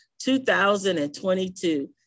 2022